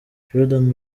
jordan